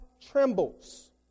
trembles